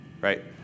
right